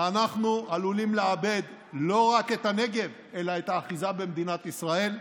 ואנחנו עלולים לאבד לא רק את הנגב אלא את האחיזה במדינת ישראל.